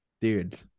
Dude